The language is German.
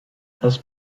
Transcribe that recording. das